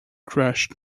crashed